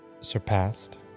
surpassed